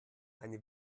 eine